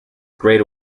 grade